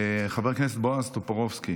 חבר הכנסת בועז טופורובסקי,